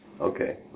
Okay